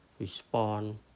respond